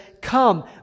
come